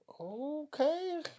Okay